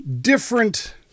different